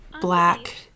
black